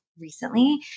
recently